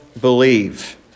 believe